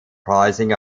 pricing